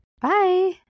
Bye